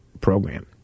program